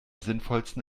sinnvollsten